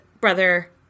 brother